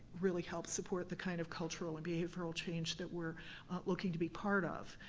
really help support the kind of cultural and behavioral change that we're looking to be part of.